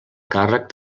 càrrec